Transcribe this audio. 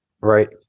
Right